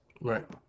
Right